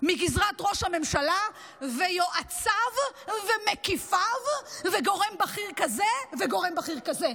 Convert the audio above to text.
מגזרת ראש הממשלה ויועציו ומקיפיו וגורם בכיר כזה וגורם בכיר כזה.